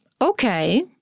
Okay